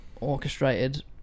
orchestrated